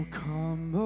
come